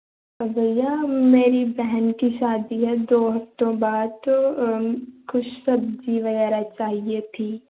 भाईया मेरी भैहन की शादी है दो हफ्तों बाद कुछ सब्जी बगैरा चाहिये थी